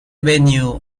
venue